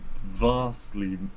vastly